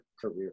career